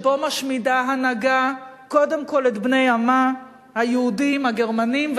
שבו משמידה הנהגה קודם כול את בני עמה היהודים הגרמנים,